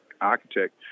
architect